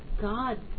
God